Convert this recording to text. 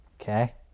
Okay